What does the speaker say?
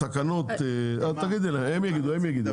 הם יגידו.